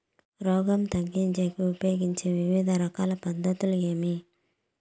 రోగం తగ్గించేకి ఉపయోగించే వివిధ రకాల పద్ధతులు ఏమి?